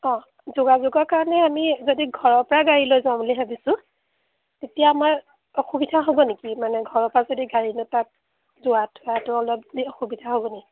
অঁ যোগাযোগৰ কাৰণে আমি যদি ঘৰৰপৰা গাড়ী লৈ যাওঁ বুলি ভাবিছোঁ তেতিয়া আমাৰ অসুবিধা হ'ব নেকি মানে ঘৰৰপৰা যদি গাড়ী নিওঁ তাত যোৱা থোৱাটো অলপ অসুবিধা হ'ব নেকি